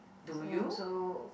so so